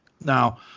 Now